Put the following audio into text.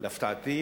להפתעתי,